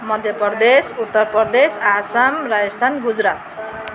Madhya Pradesh Uttar Pradesh Assam Rajasthan Gujarat